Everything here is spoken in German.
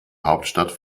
hauptstadt